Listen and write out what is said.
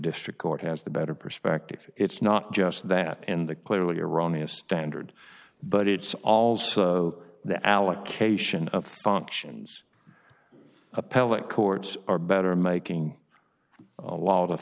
district court has the better perspective it's not just that and the clearly erroneous standard but it's also the allocation of functions appellate courts are better making a lot of